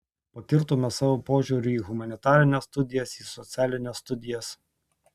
pakirtome savo požiūriu į humanitarines studijas į socialines studijas